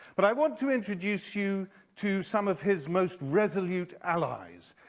but i want to introduce you to some of his most resolute allies,